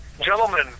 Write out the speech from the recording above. Gentlemen